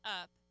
up